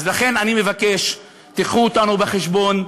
אז לכן אני מבקש: תביאו אותנו בחשבון.